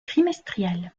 trimestrielle